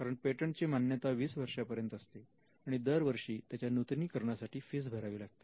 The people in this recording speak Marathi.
कारण पेटंट ची मान्यता वीस वर्षांपर्यंत असते आणि दरवर्षी त्याच्या नूतनीकरणासाठी फीस भरावी लागते